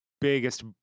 biggest